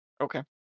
Okay